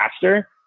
faster